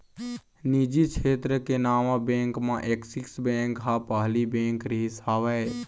निजी छेत्र के नावा बेंक म ऐक्सिस बेंक ह पहिली बेंक रिहिस हवय